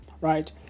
right